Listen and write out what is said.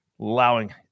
allowing